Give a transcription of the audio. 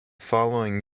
following